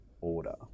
order